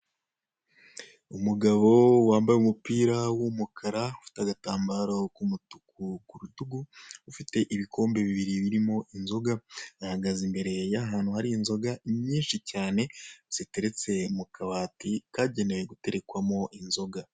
Umugabo wambaye umupira w'umukara ufite agatambaro k'umutuku kurutugu, ufite ibikombe bibiri birimo inzoga, ahagaze imbere y'ahantu hari inzoga nyinshi cyane, ziteretse mu kabati kagenewe guterekwamo inzoga.